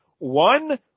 One